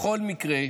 בכל מקרה,